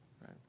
right